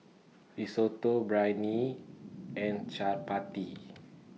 Risotto Biryani and Chaat Pati